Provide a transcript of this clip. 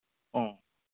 ꯑꯣ